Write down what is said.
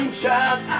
child